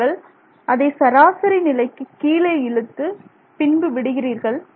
நீங்கள் அதை சராசரி நிலைக்குக் கீழே இழுத்து பின்பு விடுகிறீர்கள்